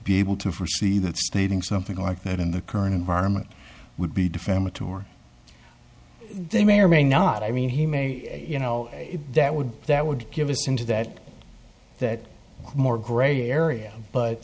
be able to forsee that speeding something like that in the current environment would be defamatory they may or may not i mean he may you know that would that would give us into that that more gray area but